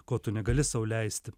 ko tu negali sau leisti